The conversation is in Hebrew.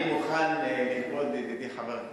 אני מוכן לכבוד ידידי חבר הכנסת,